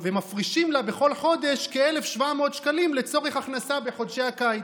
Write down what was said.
ומפרישים לה בכל חודש כ-1,700 שקלים לצורך הכנסה בחודשי הקיץ.